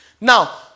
Now